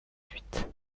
suite